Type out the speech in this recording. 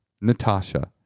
Natasha